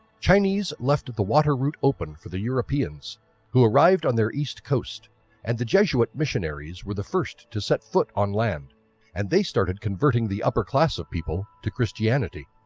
chinese left the water route open for the europeans who arrived on their east coast and the jesuits missionaries were the first to set foot on land and they started converting the upper class of people to christianity.